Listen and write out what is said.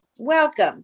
Welcome